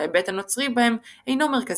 שההיבט הנוצרי בהם אינו מרכזי,